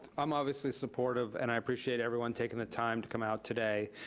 i'm obviously supportive and i appreciate everyone taking the time to come out today